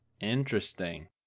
Interesting